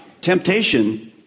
Temptation